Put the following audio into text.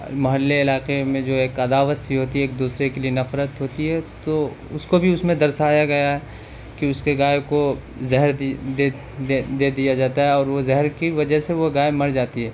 محلے علاقے میں جو ہے ایک عداوت سی ہوتی ہے ایک دوسرے کے لیے نفرت ہوتی ہے تو اس کو بھی اس میں درشایا گیا ہے کہ اس کے گائے کو زہر دے دیا جاتا ہے اور وہ زہر کی وجہ سے وہ گائے مر جاتی ہے